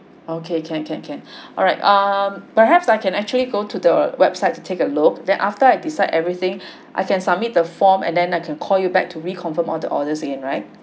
okay can can can alright um perhaps I can actually go to the website to take a look then after I decide everything I can submit the form and then I can call you back to reconfirm all the orders again right